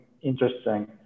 interesting